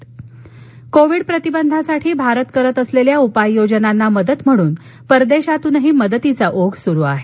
मदत कोविड प्रतिबंधासाठी भारत करत असलेल्या उपाययोजनांना मदत म्हणून परदेशातूनही मदतीचा ओघ सुरू आहे